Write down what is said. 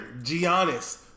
Giannis